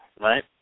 right